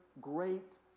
great